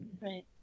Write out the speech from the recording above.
Right